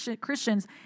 Christians